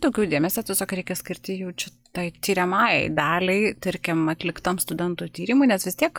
daugiau dėmesio tiesiog reikia skirti jaučiu tai tiriamajai daliai tarkim atliktam studentų tyrimui nes vis tiek